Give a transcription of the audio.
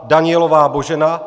Danielová Božena